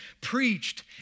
preached